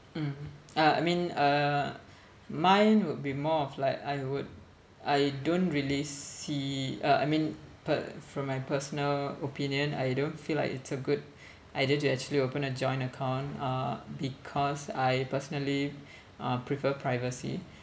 mm uh I mean uh mine would be more of like I would I don't really see uh I mean per~ from my personal opinion I don't feel like it's a good idea to actually open a joint account uh because I personally uh prefer privacy